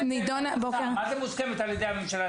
מה זה "מוסכמת על-ידי הממשלה"?